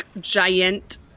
giant